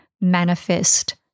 manifest